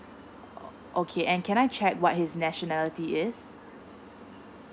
okay and can I check what his nationality is